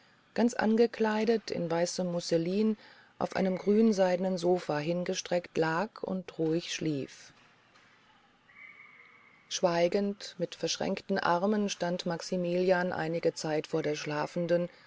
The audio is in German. ganz angekleidet in weißem musselin auf einem grünseidnen sofa hingestreckt lag und ruhig schlief schweigend mit verschränkten armen stand maximilian einige zeit vor der schlafenden